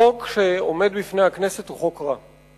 החוק שעומד בפני הכנסת הוא חוק רע.